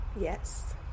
yes